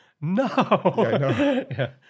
No